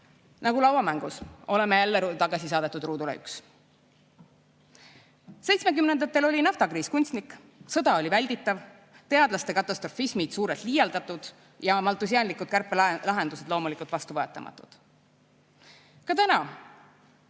Nagu lauamängus oleme jälle tagasi saadetud ruudule 1.Seitsmekümnendatel oli naftakriis kunstlik, sõda oli välditav, teadlaste katastrofismid suurelt liialdatud ja maltusiaanlikud kärpelahendused loomulikult vastuvõetamatud. Nii ka täna: